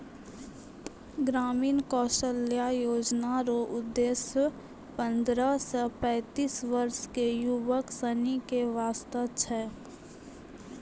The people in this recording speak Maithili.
ग्रामीण कौशल्या योजना रो उद्देश्य पन्द्रह से पैंतीस वर्ष के युवक सनी के वास्ते छै